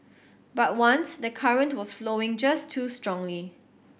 but once the current was flowing just too strongly